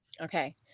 okay